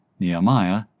Nehemiah